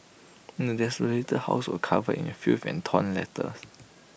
the desolated house were covered in filth and torn letters